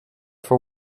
for